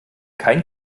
kein